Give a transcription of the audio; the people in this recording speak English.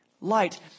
light